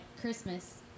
Christmas